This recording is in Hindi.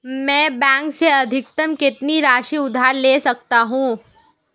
मैं बैंक से अधिकतम कितनी राशि उधार ले सकता हूँ?